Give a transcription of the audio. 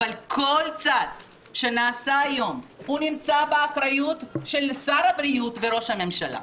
אבל כל צעד שנעשה היום נמצא באחריות של שר הבריאות וראש הממשלה,